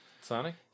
Sonic